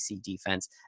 defense